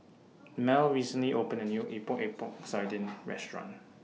Mell recently opened A New Epok Epok Sardin Restaurant